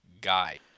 guy